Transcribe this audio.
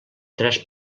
tres